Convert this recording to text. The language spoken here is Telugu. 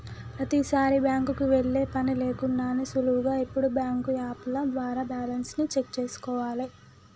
ప్రతీసారీ బ్యాంకుకి వెళ్ళే పని లేకుండానే సులువుగా ఇప్పుడు బ్యాంకు యాపుల ద్వారా బ్యాలెన్స్ ని చెక్ చేసుకోవాలే